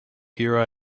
here